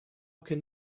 can